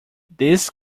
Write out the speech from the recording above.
this